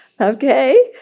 Okay